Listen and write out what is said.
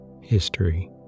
History